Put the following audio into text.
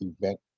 event